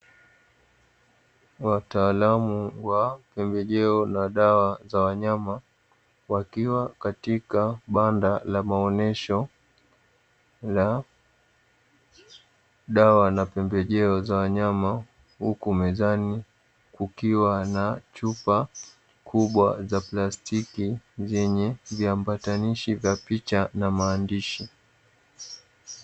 Wataalamu wa pembejeo na dawa za wanyama wakiwa , katika banda la maonyesho ya dawa napembejeo za wanyama huku mezani kukiwa na chupa kubwa za plastiki zenye viambatanishi vya picha pamoja na maandishi.